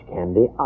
Candy